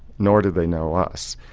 nor did they know us,